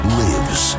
lives